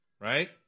right